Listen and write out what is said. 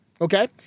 Okay